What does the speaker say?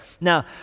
Now